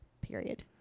Period